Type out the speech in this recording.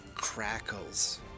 Crackles